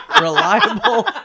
reliable